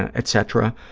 ah etc.